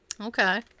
Okay